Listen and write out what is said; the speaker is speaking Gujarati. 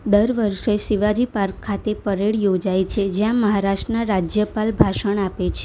દર વર્ષે શિવાજી પાર્ક ખાતે પરેડ યોજાય છે જ્યાં મહારાષ્ટ્રના રાજ્યપાલ ભાષણ આપે છે